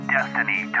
Destiny